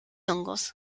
hongos